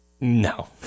no